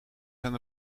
zijn